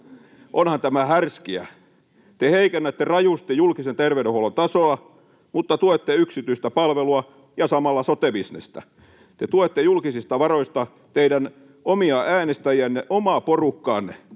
Eerolan välihuuto] Te heikennätte rajusti julkisen terveydenhuollon tasoa mutta tuette yksityistä palvelua ja samalla sote-bisnestä. Te tuette julkisista varoista teidän omia äänestäjiänne, omaa porukkaanne.